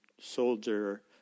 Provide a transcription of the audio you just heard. soldier